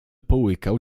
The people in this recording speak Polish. połykał